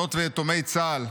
צה"ל.